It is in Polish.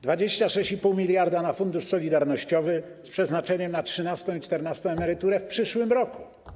26,5 mld na Fundusz Solidarnościowy z przeznaczeniem na trzynastą i czternastą emeryturę w przyszłym roku.